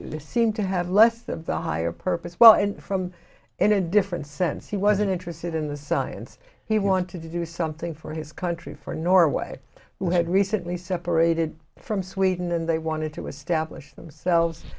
who seemed to have less that the higher purpose well and from in a different sense he wasn't interested in the science he wanted to do something for his country for norway who had recently separated from sweden and they wanted to establish themselves